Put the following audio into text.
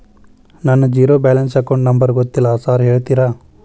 ನನ್ನ zero balance account number ಗೊತ್ತಿಲ್ಲ sir ಹೇಳ್ತೇರಿ?